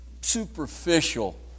superficial